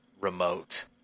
remote